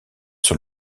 sur